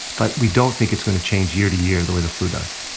but we don't think it's going to change year to year the way the flu does.